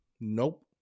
Nope